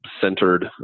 centered